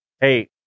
hey